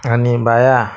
आणि बाया